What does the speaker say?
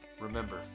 Remember